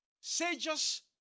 Sages